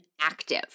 active